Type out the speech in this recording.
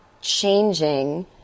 changing